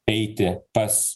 eiti pas